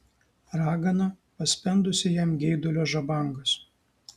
ragana paspendusi jam geidulio žabangas